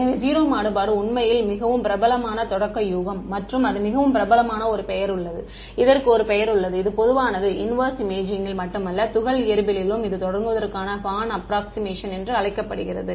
எனவே 0 மாறுபாடு உண்மையில் மிகவும் பிரபலமான தொடக்க யூகம் மற்றும் அது மிகவும் பிரபலமான ஒரு பெயர் உள்ளது இதற்கு ஒரு பெயர் உள்ளது இது பொதுவானது இன்வேர்ஸ் இமேஜிங்கில் மட்டுமல்ல துகள் இயற்பியலிலும் இது தொடங்குவதற்கான பார்ன் அப்ராக்ஸிமேஷன் என்று அழைக்கப்படுகிறது